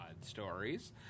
stories